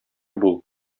бул